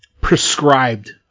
prescribed